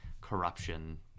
corruption